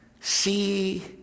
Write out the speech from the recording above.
see